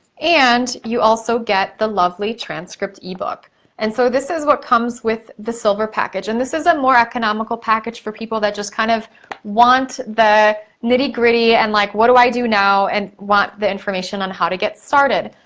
and you also get the lovely transcript e-book. and so, this is what comes with the silver package, and this is a more economical package for people that just kind of want the nitty-gritty, and like what do i do now, and what the information on how to get started.